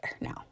now